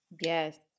Yes